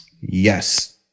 Yes